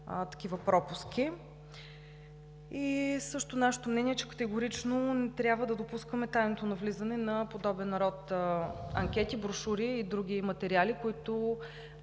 такива пропуски. Нашето мнение е, че категорично не трябва да допускаме тайното навлизане на подобен род анкети, брошури и други материали, които